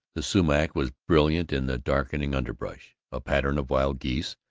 the sumach was brilliant in the darkening underbrush. a pattern of wild geese,